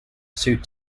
sued